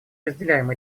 разделяем